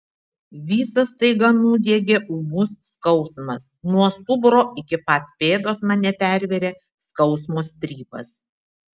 visą staiga nudiegė ūmus skausmas nuo stuburo iki pat pėdos mane pervėrė skausmo strypas